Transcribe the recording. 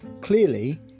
Clearly